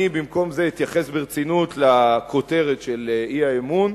אני במקום זה אתייחס ברצינות לכותרת של האי-אמון,